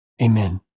Amen